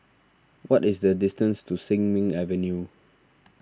what is the distance to Sin Ming Avenue